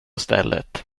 stället